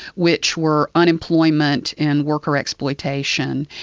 which were unemployment and worker exploitation.